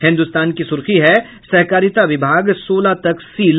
हिन्दुस्तान की सुर्खी है सहकारिता विभाग सोलह तक सील